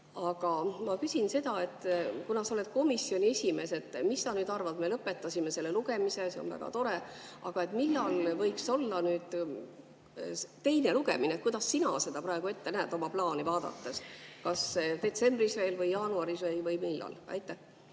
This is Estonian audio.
siin kirjas on. Aga kuna sa oled komisjoni esimees, siis ma küsin, mis sa nüüd arvad. Me lõpetasime selle lugemise ja see on väga tore, aga millal võiks olla teine lugemine? Kuidas sina seda praegu ette näed oma plaani vaadates, kas detsembris veel või jaanuaris või millal? Aitäh!